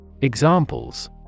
Examples